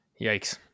yikes